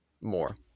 more